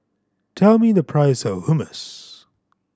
tell me the price of Hummus